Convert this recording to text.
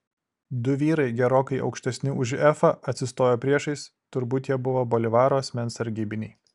du vyrai gerokai aukštesni už efą atsistojo priešais turbūt jie buvo bolivaro asmens sargybiniai